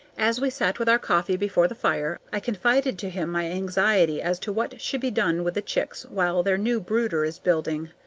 as we sat with our coffee before the fire, i confided to him my anxiety as to what should be done with the chicks while their new brooder is building.